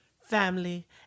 family